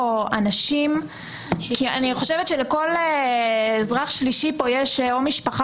אני חושבת שלכל אזרח שלישי פה יש או משפחה